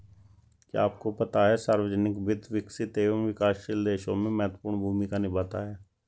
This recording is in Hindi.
क्या आपको पता है सार्वजनिक वित्त, विकसित एवं विकासशील देशों में महत्वपूर्ण भूमिका निभाता है?